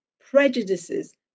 prejudices